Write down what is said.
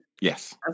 Yes